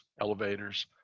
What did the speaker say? elevators